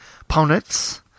opponents